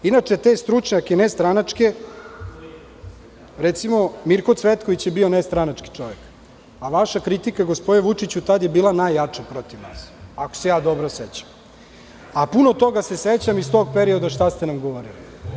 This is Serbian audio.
Inače, te nestranačke stručnjake, recimo Mirko Cvetković je bio nestranački čovek, a vaša kritika, gospodine Vučiću tada je bila najjača protiv nas, ako se dobro sećam, a puno toga se sećam iz tog perioda šta ste nam govorili.